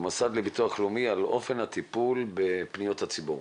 במוסד לביטוח לאומי על אופן הטיפול בפניות הציבור.